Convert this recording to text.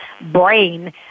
brain